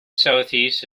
southeast